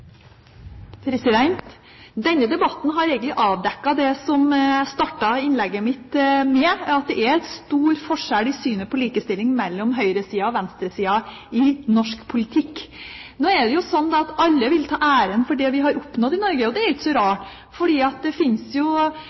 Denne debatten har egentlig avdekket det som jeg startet innlegget mitt med, at det er stor forskjell i synet på likestilling mellom høyresida og venstresida i norsk politikk. Nå er det jo sånn da at alle vil ta æren for det vi har oppnådd i Norge, og det er ikke så rart, for det